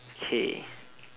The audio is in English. okay